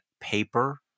paper